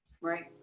Right